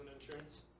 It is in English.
insurance